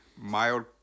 mild